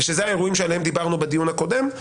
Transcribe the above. אלה האירועים עליהם דיברנו בדיון הקודם.